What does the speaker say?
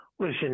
Listen